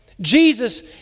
Jesus